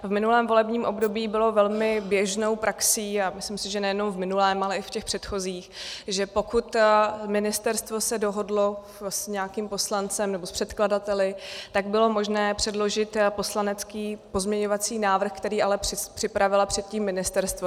V minulém volebním období bylo velmi běžnou praxí, a myslím si, že nejenom v minulém, ale i v těch předchozích, že pokud se ministerstvo dohodlo s nějakým poslancem nebo s předkladateli, tak bylo možné předložit poslanecký pozměňovací návrh, který ale připravilo předtím ministerstvo.